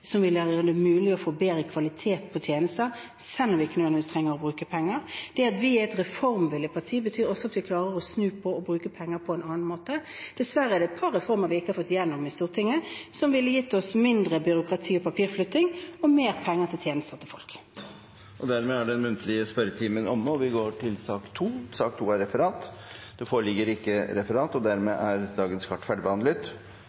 som vil gjøre det mulig å få bedre kvalitet på tjenester, selv om vi ikke nødvendigvis trenger å bruke penger. Det at vi er et reformvillig parti betyr også at vi klarer å snu på og bruke penger på en annen måte. Dessverre er det et par reformer vi ikke har fått igjennom i Stortinget, som ville gitt oss mindre byråkrati og papirflytting og mer penger til tjenester til folk. Dermed er den muntlige spørretimen omme.